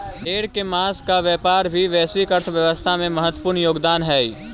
भेड़ के माँस का व्यापार भी वैश्विक अर्थव्यवस्था में महत्त्वपूर्ण योगदान हई